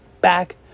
back